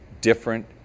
different